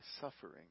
suffering